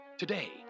Today